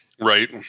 Right